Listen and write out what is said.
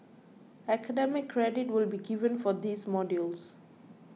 academic credit will be given for these modules